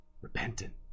repentant